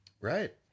Right